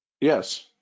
Yes